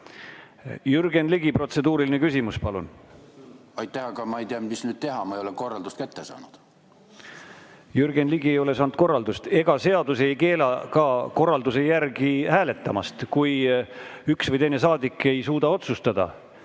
Ma ei ole korraldust kätte saanud. Aitäh! Aga ma ei tea nüüd, mis teha. Ma ei ole korraldust kätte saanud. Jürgen Ligi ei ole saanud korraldust. Ega seadus ei keela ka korralduse järgi hääletamast. Kui üks või teine saadik ei suuda otsustada,